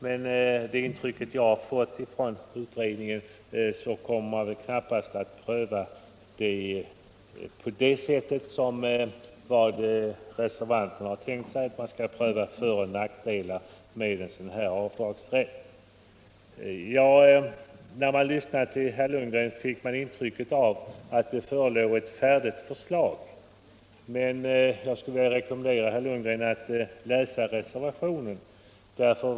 Men det intryck som jag har fått från utredningen är att man knappast kommer att pröva frågan på det sätt som reservanterna har tänkt sig, alltså pröva föroch nackdelar med en sådan här avdragsrätt. När man lyssnade till herr Lundgren fick man lätt intrycket att det förelåg ett färdigt förslag, men då vill jag rekommendera herr Lundgren att läsa reservationen.